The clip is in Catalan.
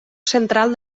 central